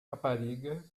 rapariga